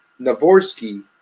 Navorsky